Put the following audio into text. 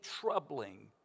troubling